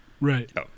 Right